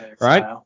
right